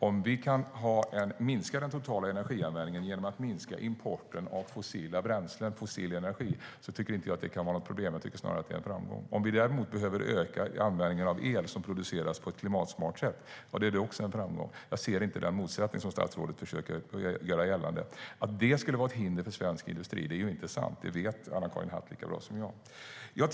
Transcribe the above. Om vi kan minska den totala energianvändningen genom att minska importen av fossila bränslen, fossil energi, tycker jag inte att det ska vara något problem. Jag tycker snarare att det är en framgång. Om vi behöver öka användningen av el som produceras på ett klimatsmart sätt är det också en framgång. Jag ser inte den motsättning som statsrådet försöker göra gällande finns. Att det skulle vara ett hinder för svensk industri är inte sant; det vet Anna-Karin Hatt lika bra som jag.